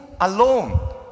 alone